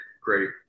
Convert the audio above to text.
great